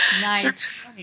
nice